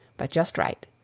but just right.